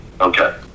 Okay